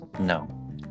No